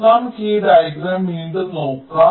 അതിനാൽ നമുക്ക് ഈ ഡയഗ്രം വീണ്ടും നോക്കാം